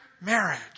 marriage